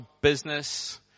business